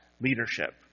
leadership